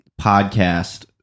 podcast